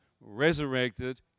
resurrected